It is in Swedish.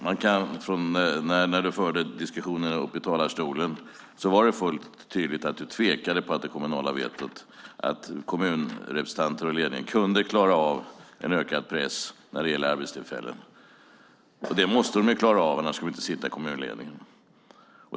Herr talman! När du, Peter Pedersen, förde resonemanget uppe i talarstolen var det fullt tydligt att du tvivlade på att kommunrepresentanter och kommunledning skulle klara av en ökad press när det gäller arbetstillfällen. Det måste de ju klara av, annars ska de inte sitta i kommunledningen.